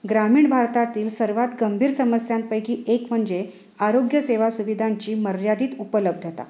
ग्रामीण भारतातील सर्वात गंभीर समस्यांपैकी एक म्हणजे आरोग्यसेवा सुविधांची मर्यादीत उपलब्धता